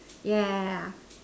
yeah yeah yeah